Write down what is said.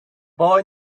boy